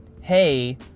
hey